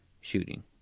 shooting